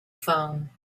phone